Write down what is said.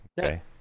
okay